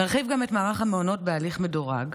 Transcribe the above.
נרחיב גם את מערך המעונות בהליך מדורג.